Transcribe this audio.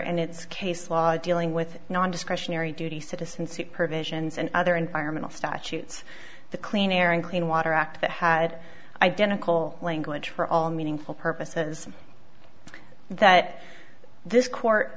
and it's case law dealing with non discretionary duty citizen supervisions and other environmental statutes the clean air and clean water act that had identical language for all meaningful purposes that this court